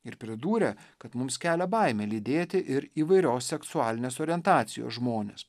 ir pridūrė kad mums kelia baimę lydėti ir įvairios seksualinės orientacijos žmones